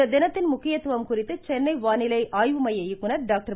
இத்தினத்தின் முக்கியத்துவம் குறித்து சென்னை வானிலை ஆய்வு மைய இயக்குனர் டாக்டர்